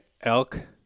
elk